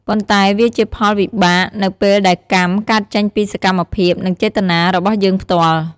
ប៉ុន្តែវាជាផលវិបាកនៅពេលដែលកម្ម កើតចេញពីសកម្មភាព និងចេតនារបស់យើងផ្ទាល់។